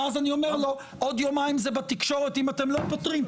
ואז אני אומר לו עוד יומיים זה בתקשורת אם אתם לא פותרים,